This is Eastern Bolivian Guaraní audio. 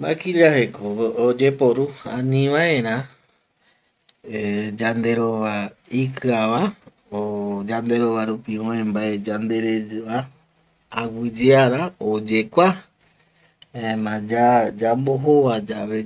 Maquillajeko oyeporu anivaera yanderova ikiava o yanderova rupi oe mbae yandereva aguiyeara oyekua, jaema yambojova yave,